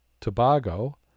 Tobago